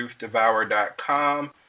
TruthDevour.com